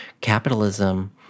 capitalism